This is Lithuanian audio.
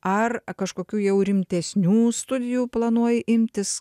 ar kažkokių jau rimtesnių studijų planuoji imtis